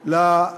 אם